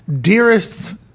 Dearest